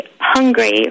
hungry